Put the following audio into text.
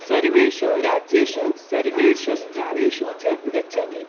सर्वेषु राज्येषु सर्वेषु स्थानेषु च गच्छति